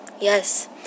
yes